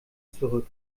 zurück